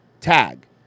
tag